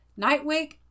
Nightwake